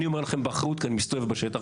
ואני אומר לכם את זה באחריות כי אני מסתובב בשטח,